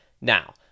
Now